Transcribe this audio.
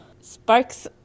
Sparks